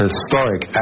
historic